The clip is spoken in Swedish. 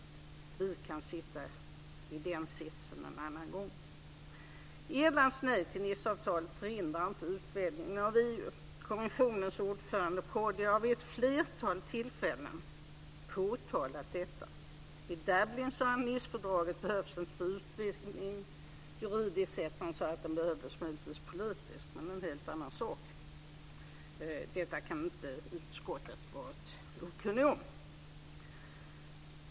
Vi kan sitta i den sitsen någon annan gång. Irlands nej till Niceavtalet förhindrar inte utvidgningen av EU. Kommissionens ordförande Prodi har vid ett flertal tillfällen påpekat detta. Bl.a. yttrade han i Dublin: Nicefördraget behövs inte för utvidgningen juridiskt sett. Han sade att det behövdes politiskt, men det är en helt annan sak. Detta kan utskottet inte ha varit okunnigt om.